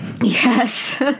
Yes